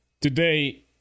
today